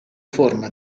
forma